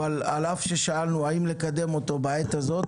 אבל על אף ששאלנו האם לקדם אותו בעת הזאת